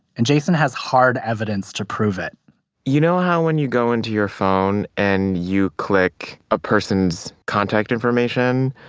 and jason has hard evidence to prove it you know how when you go into your phone and you click a person's contact information,